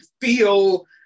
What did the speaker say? feel